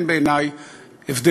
אין בעיני הבדל.